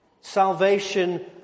Salvation